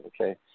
Okay